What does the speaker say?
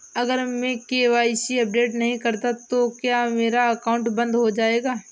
अगर मैं KYC update नहीं करता तो क्या मेरा अकाउंट बंद हो जाएगा?